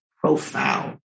profound